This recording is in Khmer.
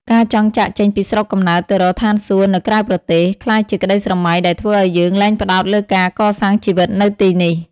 ការចង់ចាកចេញពីស្រុកកំណើតទៅរក "ឋានសួគ៌" នៅក្រៅប្រទេស ក្លាយជាក្តីស្រមៃដែលធ្វើឱ្យយើងលែងផ្តោតលើការកសាងជីវិតនៅទីនេះ។